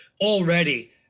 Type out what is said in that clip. already